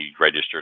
registered